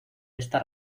esta